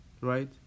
right